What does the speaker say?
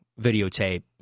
videotape